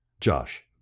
Josh